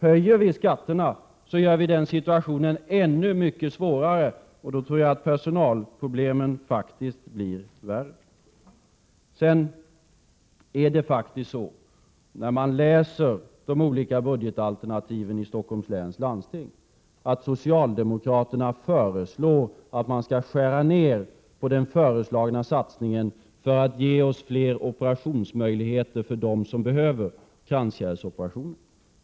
Höjer vi skatterna gör vi den situationen ännu mycket svårare, och då tror jag att personalproblemen faktiskt blir värre. Det är faktiskt så, när man läser om de olika budgetalternativen i Stockholms läns landsting, att socialdemokraterna föreslår att man skall skära ned på den föreslagna satsningen för att ge oss fler operationsmöjligheter för dem som behöver kranskärlsoperationer.